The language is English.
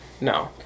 No